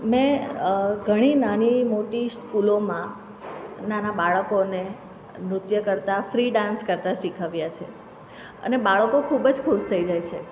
મેં ઘણી નાની મોટી સ્કૂલોમાં નાનાં બાળકોને નૃત્ય કરતા ફ્રી ડાન્સ કરતા શીખવ્યા છે અને બાળકો ખૂબ જ ખુશ થઈ જાય છે